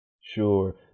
Sure